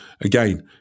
again